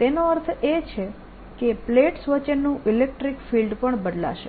તેનો અર્થ એ છે કે પ્લેટસ વચ્ચેનું ઇલેક્ટ્રીક ફિલ્ડ પણ બદલાશે